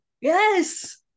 yes